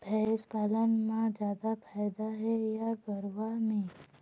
भंइस पालन म जादा फायदा हे या गरवा में?